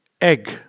egg